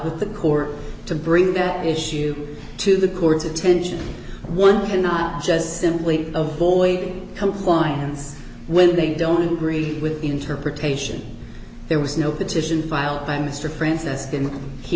with the court to bring that issue to the court's attention one cannot just simply avoiding compliance when they don't agree with the interpretation there was no petition filed by mr